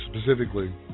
specifically